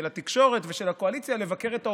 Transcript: התקשורת ושל הקואליציה לבקר את האופוזיציה.